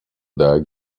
dog